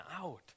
out